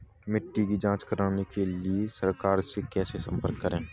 मिट्टी की जांच कराने के लिए सरकार से कैसे संपर्क करें?